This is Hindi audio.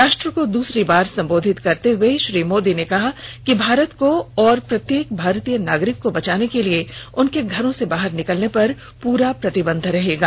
राष्ट्र को दूसरी बार संबोधित करते हुए श्री मोदी ने कहा कि भारत को और प्रत्येक भारतीय नागरिक को बचाने के लिए उनके घरों से बाहर निकलने पर पूरा प्रतिबंध रहेगा